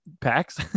packs